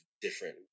different